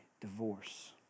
divorce